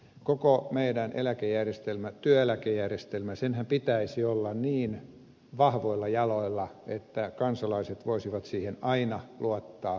koko meidän eläkejärjestelmämme työeläkejärjestelmämme senhän pitäisi olla niin vahvoilla jaloilla että kansalaiset voisivat siihen aina luottaa